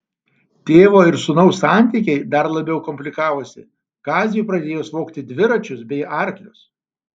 tėvo ir sūnaus santykiai dar labiau komplikavosi kaziui pradėjus vogti dviračius bei arklius